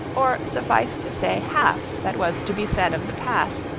or suffice to say half that was to be said of the past,